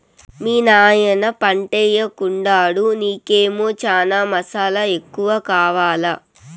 మీ నాయన పంటయ్యెకుండాడు నీకేమో చనా మసాలా ఎక్కువ కావాలా